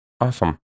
awesome